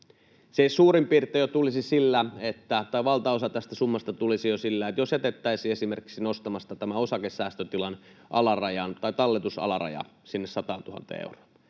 30 miljoonaa euroa vuosittain, niin valtaosa tästä summasta tulisi jo sillä, jos jätettäisiin esimerkiksi nostamatta osakesäästötilin talletusalaraja sinne 100 000 euroon.